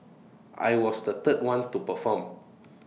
I was the third one to perform